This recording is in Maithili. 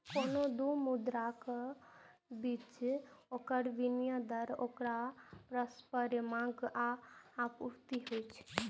कोनो दू मुद्राक बीच ओकर विनिमय दर ओकर परस्पर मांग आ आपूर्ति होइ छै